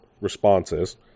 responses